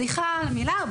סליחה על המילה,